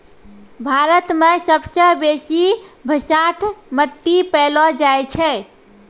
भारत मे सबसे बेसी भसाठ मट्टी पैलो जाय छै